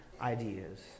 ideas